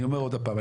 עוד הפעם,